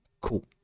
Cool